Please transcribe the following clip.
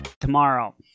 Tomorrow